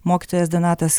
mokytojas donatas